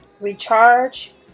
recharge